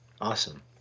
Awesome